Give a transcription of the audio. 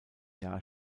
jahr